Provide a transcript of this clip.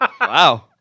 Wow